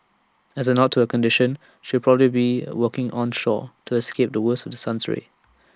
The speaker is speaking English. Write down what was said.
as A nod to her condition she'll probably be working onshore to escape the worst of the sun's rays